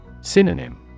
Synonym